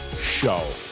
Show